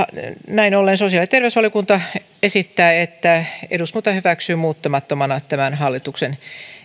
näin ollen sosiaali ja terveysvaliokunta esittää että eduskunta hyväksyy muuttamattomana tämän hallituksen